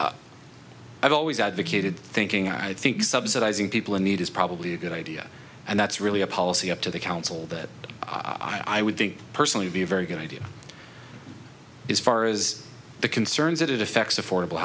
d i've always advocated thinking i think subsidizing people in need is probably a good idea and that's really a policy up to the council that i would think personally be a very good idea as far as the concerns that it affects affordable